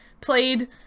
played